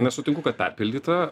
nesutinku kad perpildyta